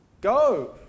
go